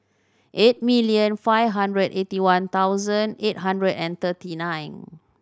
eight million five hundred eighty one thousand eight hundred and thirty nine